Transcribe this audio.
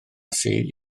sydd